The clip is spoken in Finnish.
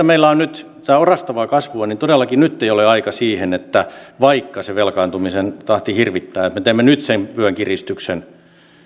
meillä on nyt tätä orastavaa kasvua niin todellakaan nyt ei ole sen aika vaikka se velkaantumisen tahti hirvittää että me teemme nyt sen vyönkiristyksen